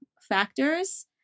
factors